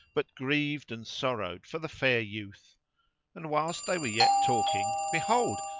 but grieved and sorrowed for the fair youth and whilst they were yet talking behold,